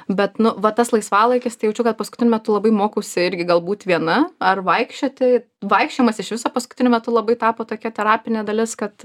bet nu va tas laisvalaikis tai jaučiu kad paskutiniu metu labai mokausi irgi galbūt viena ar vaikščioti vaikščiojimas iš viso paskutiniu metu labai tapo tokia terapinė dalis kad